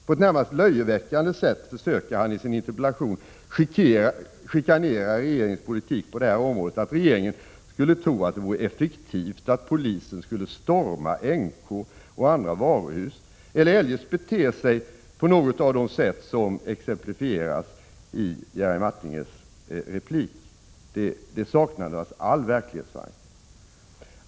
På ett närmast löjeväckande sätt försöker han i sin interpellation chikanera regeringens politik på detta område och ge intrycket att regeringen skulle tro att det vore effektivt att polisen skulle storma NK och andra varuhus eller eljest bete sig på något av de sätt som exemplifieras i Jerry Martingers replik. Det saknar naturligtvis all verklighetsanknytning.